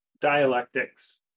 dialectics